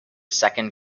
second